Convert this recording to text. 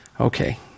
Okay